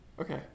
okay